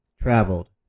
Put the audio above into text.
Traveled